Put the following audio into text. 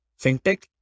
fintech